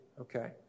Okay